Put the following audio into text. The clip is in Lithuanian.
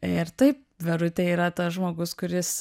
ir taip verutė yra tas žmogus kuris